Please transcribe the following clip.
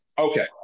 Okay